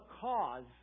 cause